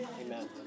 Amen